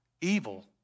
Evil